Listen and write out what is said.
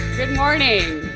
good morning.